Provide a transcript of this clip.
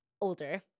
older